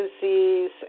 disease